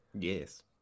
Yes